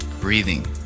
breathing